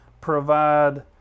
provide